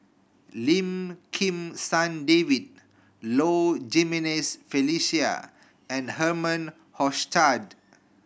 Lim Kim San David Low Jimenez Felicia and Herman Hochstadt